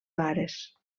vares